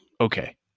Okay